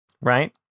right